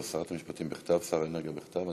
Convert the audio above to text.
שרת המשפטים, בכתב, שר האנרגיה, בכתב.